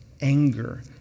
anger